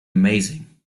amazing